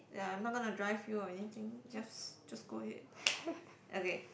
ya I'm not gonna drive you or anything just just go ahead okay